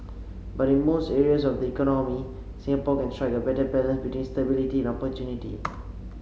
but in most areas of the economy Singapore can strike a better balance between stability and opportunity